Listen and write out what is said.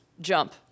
jump